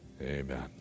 Amen